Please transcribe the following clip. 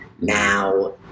now